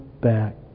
back